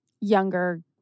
younger